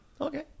Okay